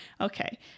Okay